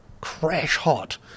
crash-hot